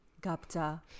Gupta